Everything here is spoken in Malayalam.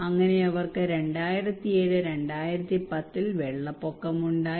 അങ്ങനെ അവർക്ക് 2007 2010 ൽ വെള്ളപ്പൊക്കമുണ്ടായി